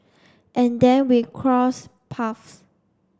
and then we cross paths